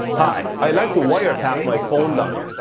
hi, i like to wiretap my phone line.